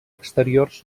exteriors